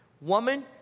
Woman